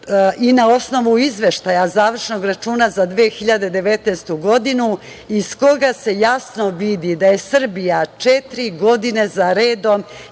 i na osnovu izveštaja završnog računa za 2019. godinu iz koga se jasno vidi da je Srbija četiri godine za redom